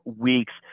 weeks